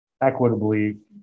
Equitably